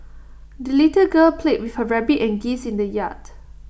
the little girl played with her rabbit and geese in the yard